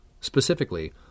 Specifically